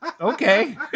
Okay